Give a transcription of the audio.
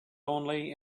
only